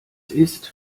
ist